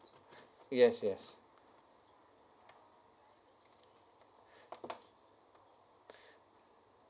yes yes